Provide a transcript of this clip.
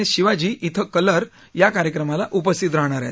S Shivaji इथं colour या कार्यक्रमाला उपस्थित राहणार आहेत